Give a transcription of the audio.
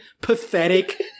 pathetic